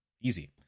Easy